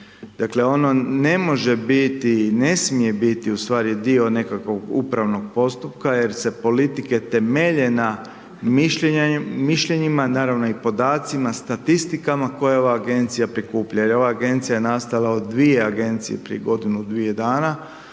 dakle ono ne može biti i ne smije biti u stvari dio nekakvog upravnog postupka jer se politike temelje na mišljenjima, naravno i podacima, statistikama koje ova agencija prikuplja jer ova agencija je nastala od dvije agencije prije godinu, dvije dana,